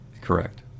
Correct